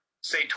say